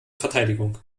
verteidigung